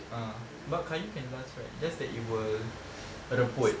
ah but kayu can last right it's just it will reput